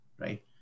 right